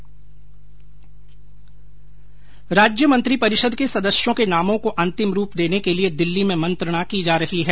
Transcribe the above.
राज्य मंत्रिपरिषद के सदस्यों के नामों को अंतिम रूप देने के लिए दिल्ली में मंत्रणा की जा रही है